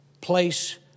place